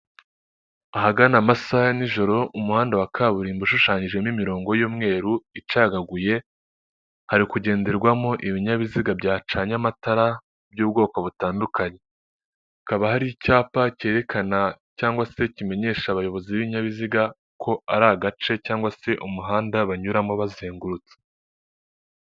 Ahagana amasaha ya nijoro umuhanda wa kaburimbo ushushanyijemo imirongo y'umweru icagaguye hari kugenderwamo ibinyabiziga byacanye amatara by'ubwoko butandukanye, hakaba hari icyapa cyerekana cyangwa se kimenyesha abayobozi b'ibinyabiziga ko ari agace cyangwa se umuhanda banyuramo bazengurutse.